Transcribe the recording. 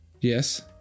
Yes